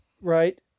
right